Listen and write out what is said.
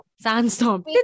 Sandstorm